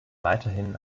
weiterhin